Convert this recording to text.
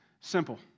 Simple